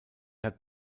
hat